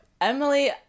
Emily